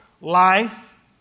life